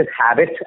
habit